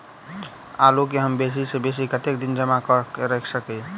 आलु केँ हम बेसी सऽ बेसी कतेक दिन जमा कऽ क राइख सकय